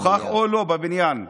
נוכח או לא, הוא בבניין.